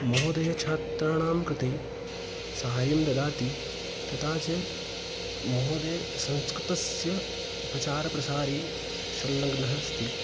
महोदयः छात्राणां कृते साहाय्यं ददाति तथा च महोदय संस्कृतस्य प्रचारप्रसारे संलग्नः अस्ति